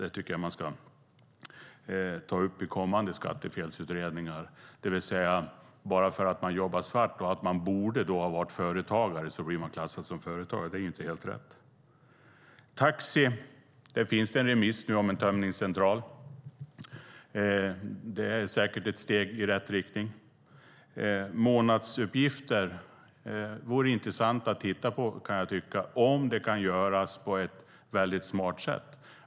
Det tycker jag att man ska ta upp vid kommande skattefelsutredningar. Bara för att man jobbar svart och att man då borde ha varit företagare blir man klassad som företagare. Det är inte helt rätt. När det gäller taxi finns det nu en remiss om en tömningscentral. Det är säkert ett steg i rätt riktning. Jag kan tycka att det vore intressant att titta på månadsuppgifter om det kan göras på ett väldigt smart sätt.